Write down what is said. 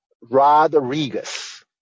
Rodriguez